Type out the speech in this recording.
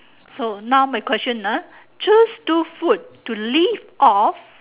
so now my question ah choose two food to live off